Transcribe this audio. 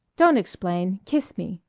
don't explain. kiss me.